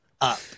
up